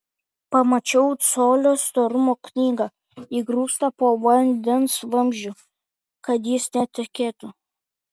pamačiau colio storumo knygą įgrūstą po vandens vamzdžiu kad jis netekėtų